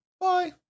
Bye